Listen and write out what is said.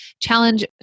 challenge